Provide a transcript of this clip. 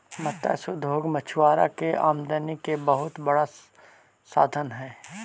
मत्स्य उद्योग मछुआरा के आमदनी के बहुत बड़ा साधन हइ